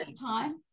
Time